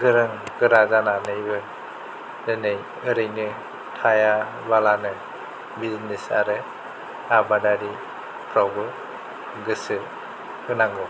गोरों गोरा जानानैबो दिनै ओरैनो थाया बालानो बिजनेस आरो आबादारि फ्रावबो गोसो होनांगौ